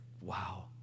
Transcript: wow